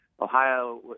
Ohio